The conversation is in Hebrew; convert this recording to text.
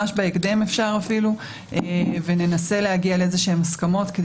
אפשר אפילו ממש בהקדם, וננסה להגיע להסכמות.